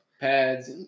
pads